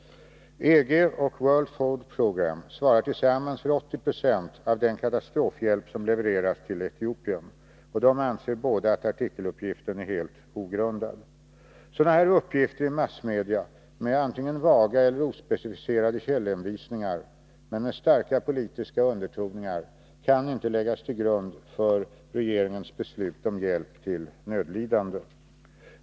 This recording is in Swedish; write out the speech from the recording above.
EG och World Food Program svarar tillsammans för 80 20 av den katastrofhjälp som levereras till Etiopien, och de anser båda att artikeluppgiften är helt ogrundad. Sådana här uppgifter i massmedia, med antingen vaga eller ospecificerade källhänvisningar men med starka politiska undertoner, kan inte läggas till grund för regeringens beslut om hjälp till nödlidande.